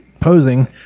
posing